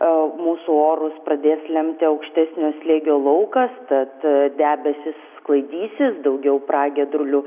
mūsų orus pradės lemti aukštesnio slėgio laukas tad debesys sklaidysis daugiau pragiedrulių